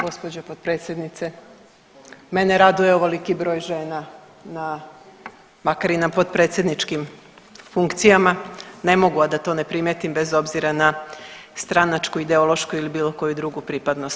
Gospođo potpredsjednice, mene raduje ovoliki broj žena na, makar i na potpredsjedničkim funkcijama, ne mogu a da to ne primetim bez obzira na stranačku, ideološku ili bilo koju drugu pripadnost.